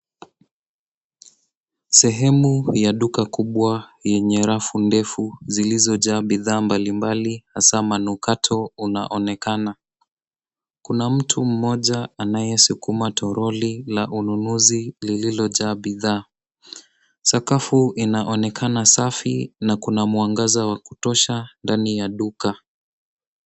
Sehemu ya duka kubwa yenye rafu ndefu zilizojaa bidhaa mbalimbali hasa manukato unaonekana. Kuna mtu mmoja anayesukuma toroli la ununuzi lililojaa bidhaa. Sakafu inaonekana safi na kuna mwangaza wa kutosha ndani ya duka.